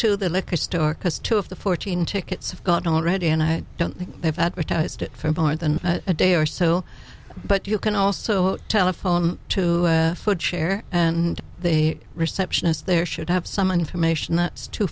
to the liquor store because two of the fourteen tickets have gone already and i don't have advertised it for more than a day or so but you can also telephone to foot chair and the receptionist there should have some information that's two